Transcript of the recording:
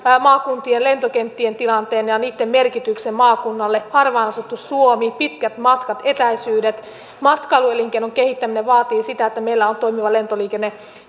maakuntien lentokenttien tilanteen ja ja niitten merkityksen maakunnalle harvaan asuttu suomi pitkät matkat etäisyydet matkailuelinkeinon kehittäminen vaativat sitä että meillä on toimiva lentoliikenne